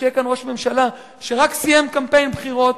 שיהיה כאן ראש ממשלה שרק סיים קמפיין בחירות,